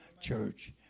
church